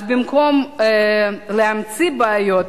אז במקום להמציא בעיות,